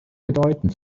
bedeutend